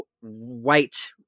white